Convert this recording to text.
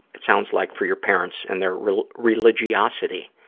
it sounds like, for your parents and their religiosity.